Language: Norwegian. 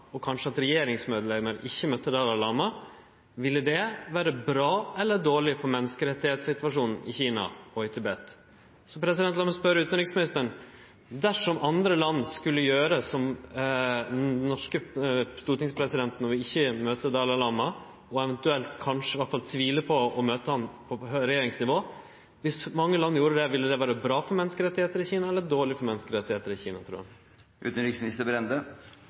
og kanskje at regjeringsmedlemmer ikkje møtte Dalai Lama: Ville det vere bra eller dårleg for menneskerettssituasjonen i Kina og i Tibet? Så lat meg spørje utanriksministeren: Dersom andre land skulle gjere som den norske stortingspresidenten, å ikkje møte Dalai Lama, og å tvile på om ein skulle møte han på regjeringsnivå: Viss mange land gjorde det, ville det vere bra for menneskerettar i Kina eller dårleg for menneskerettar i Kina?